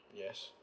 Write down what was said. yes